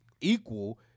equal